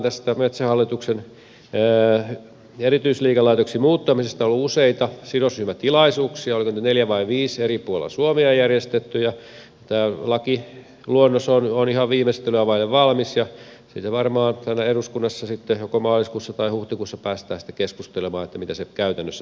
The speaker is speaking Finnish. tästä metsähallituksen erityisliikelaitokseksi muuttamisesta on ollut useita sidosryhmätilaisuuksia oliko niitä nyt neljä vai viisi eri puolella suomea järjestetty ja tämä lakiluonnos on ihan viimeistelyä vaille valmis ja siitä varmaan täällä eduskunnassa sitten joko maaliskuussa tai huhtikuussa päästään keskustelemaan mitä se käytännössä tarkoittaa